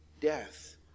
death